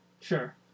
Sure